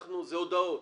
זה הודעות.